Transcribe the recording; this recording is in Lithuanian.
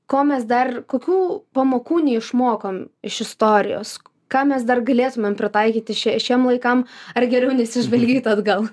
ko mes dar kokių pamokų neišmokom iš istorijos ką mes dar galėtumėm pritaikyti šie šiem laikam ar geriau nesižvalgyt atgal